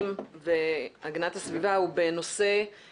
הדיון היום של ועדת הפנים והגנת הסביבה הוא בנושא תופעת